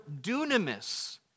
dunamis